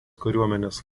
kariuomenės